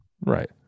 Right